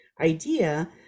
idea